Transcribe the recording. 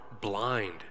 blind